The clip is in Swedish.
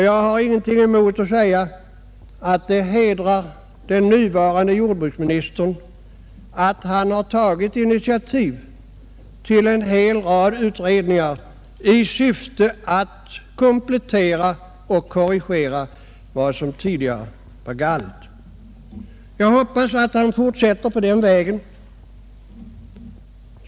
Jag har ingenting emot att säga att det hedrar den nuvarande jordbruksministern att han har tagit initiativ till en hel rad utredningar i syfte att göra kompletteringar och korrigera vad som tidigare var galet. Jag hoppas att han fortsätter på den vägen.